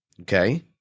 okay